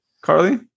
Carly